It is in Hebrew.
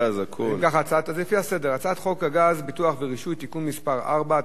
הגז (בטיחות ורישוי) (תיקון מס' 4),